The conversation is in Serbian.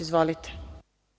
Izvolite.